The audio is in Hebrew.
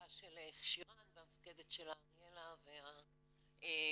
בעזרתה של שירה והמפקדת שלה אריאלה והמפקד